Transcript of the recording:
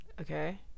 Okay